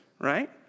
right